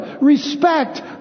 Respect